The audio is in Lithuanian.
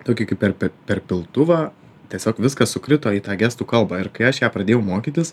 tokį kaip per per piltuvą tiesiog viskas sukrito į tą gestų kalbą ir kai aš ją pradėjau mokytis